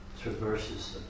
traverses